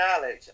Knowledge